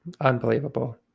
Unbelievable